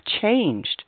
changed